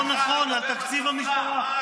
אבל אתה אמרת משהו לא נכון על תקציב המשטרה.